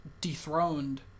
dethroned